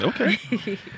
Okay